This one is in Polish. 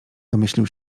domyślił